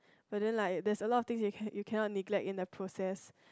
whether like there's a lot of thing you can you cannot neglect in the process